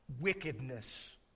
wickedness